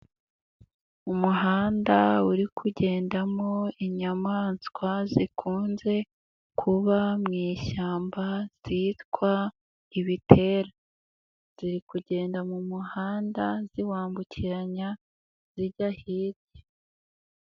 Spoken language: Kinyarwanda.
Umuhanda uri kugendamo inyamaswa zikunze kuba mu ishyamba zitwa ibitera, ziri kugenda mu muhanda ziwambukiranya zijya hirya.